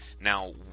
Now